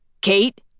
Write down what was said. Kate